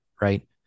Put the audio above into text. Right